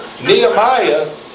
Nehemiah